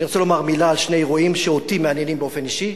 אני רוצה לומר מלה על שני אירועים שמעניינים אותי באופן אישי,